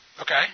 Okay